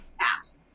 apps